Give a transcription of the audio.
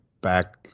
back